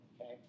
okay